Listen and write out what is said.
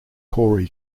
corey